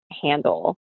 handle